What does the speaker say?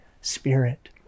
Spirit